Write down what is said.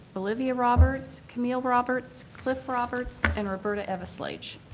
olivia roberts, camille roberts, cliff roberts and roberta eveslage.